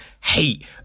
hate